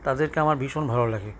তাদেরকে আমার ভীষণ ভালো লাগে